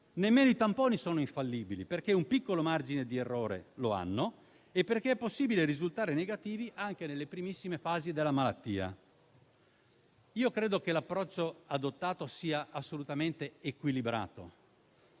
Nemmeno i tamponi sono infallibili, perché un piccolo margine di errore lo hanno e perché è possibile risultare negativi anche nelle primissime fasi della malattia. Credo che l'approccio adottato sia assolutamente equilibrato.